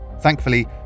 Thankfully